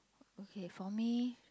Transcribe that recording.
okay for me